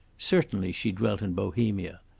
certainly she dwelt in bohemia.